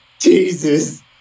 Jesus